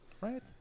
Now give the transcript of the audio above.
Right